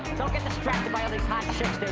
don't get distracted by others' hot chicks. they're